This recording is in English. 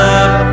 up